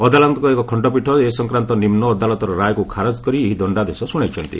ଅଦାଲତଙ୍କ ଏକ ଖଣ୍ଡପୀଠ ଏ ସଂକ୍ରାନ୍ତ ନିମ୍ନଅଦାଲତର ରାୟକୁ ଖାରଜ କରି ଏହି ଦଶ୍ଡାଦେଶ ଶୁଣାଇଛନ୍ତି